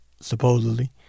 supposedly